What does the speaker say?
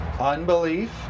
unbelief